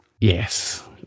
Yes